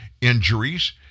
injuries